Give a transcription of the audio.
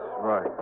right